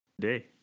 today